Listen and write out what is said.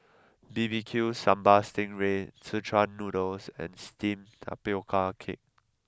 B B Q Sambal Sting Ray Szechuan Noodle and Steamed Tapioca Cake